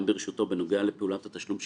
ברשותו בנוגע לפעולת התשלום שבוצעה"